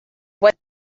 what